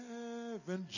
heaven